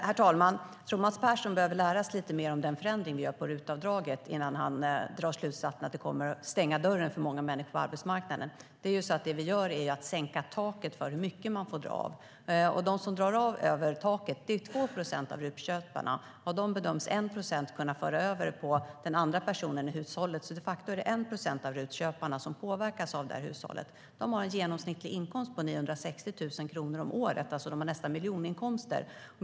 Herr talman! Jag tror att Mats Persson behöver lära sig lite mer om den förändring som vi gör på RUT-avdraget innan han drar slutsatsen att det kommer att stänga dörren för många människor på arbetsmarknaden. Det vi gör är att sänka taket för hur mycket man får dra av. De som drar av över taket är 2 procent av RUT-köparna. Av dem bedöms 1 procent kunna föra över avdraget på den andra personen i hushållet, så de facto är det 1 procent av RUT-köparna som påverkas. De har en genomsnittlig inkomst på 960 000 kronor om året, det vill säga har nästan miljoninkomster.